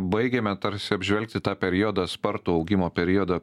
baigėme tarsi apžvelgti tą periodą spartų augimo periodą